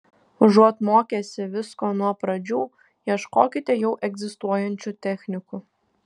užuot mokęsi visko nuo pradžių ieškokite jau egzistuojančių technikų